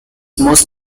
most